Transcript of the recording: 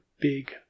big